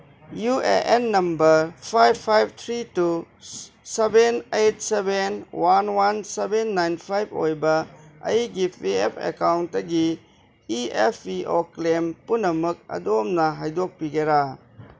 U A N number five five three two seven eight seven one one seven nine five ꯑꯣꯏꯕ ꯑꯩꯒꯤ P F ꯑꯦꯀꯥꯎꯟꯇꯒꯤ E P F O claim ꯄꯨꯝꯅꯃꯛ ꯑꯗꯣꯝꯅ ꯍꯥꯏꯗꯣꯛꯄꯤꯒꯦꯔ